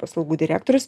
paslaugų direktorius